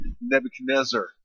Nebuchadnezzar